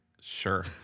Sure